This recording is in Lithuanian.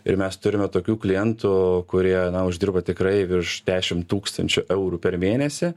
ir mes turime tokių klientų kurie uždirba tikrai virš dešim tūkstančių eurų per mėnesį